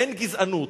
אין גזענות.